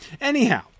Anyhow